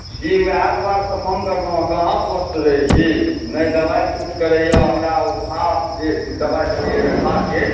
जी वएह दुआरे तऽ फोन करलहुँ हँ कहाँ स्वस्थ रहै छी नहि दवाइ सूट करैए हमरा ओ घाव जे दवाइ देलिए रहए घावके